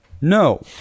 No